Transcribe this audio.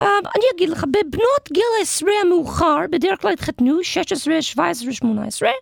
אני אגיד לך, בבנות גיל העשה המאוחר בדרך כלל התחתנו, 16, 17, 18